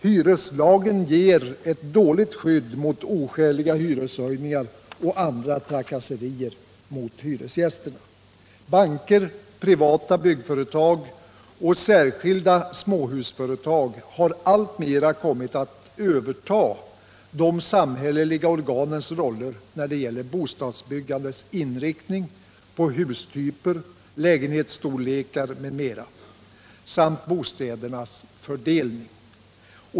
Hyreslagen ger ett dåligt skydd mot oskäliga hyreshöjningar och andra trakasserier mot hyresgäster. Banker, privata byggföretag och särskilda småhusföretag har alltmer kommit att överta de samhälleliga organens roller när det gäller bostadsbyggandets inriktning på hustyper, lägenhetsstorlekar m.m. samt bostädernas fördelning.